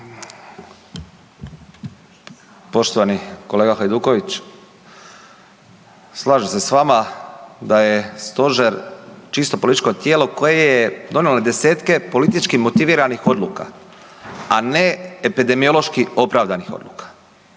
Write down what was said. Poštovani kolega Hajduković, slažem se s vama da je stožer čisto političko tijelo koje je donijelo desetke političkih motiviranih odluka a ne epidemiološki opravdanih odluka.